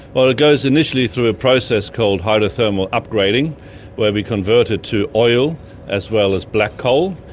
well, it it goes initially through a process called hydrothermal upgrading where we convert it to oil as well as black coal,